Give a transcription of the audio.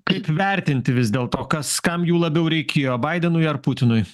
kaip vertinti vis dėl to kas kam jų labiau reikėjo baidenui ar putinui